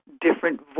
different